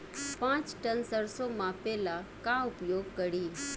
पाँच टन सरसो मापे ला का उपयोग करी?